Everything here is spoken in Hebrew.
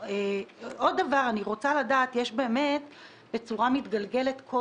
אני רוצה לדעת עוד דבר: יש בצורה מתגלגלת כל